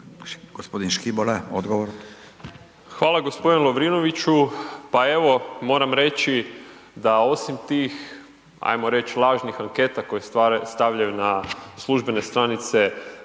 Marin (Nezavisni)** Hvala gospodine Lovrinoviću, pa evo moram reći da osim tih ajmo reći lažnih anketa koje stavljaju na službene stranice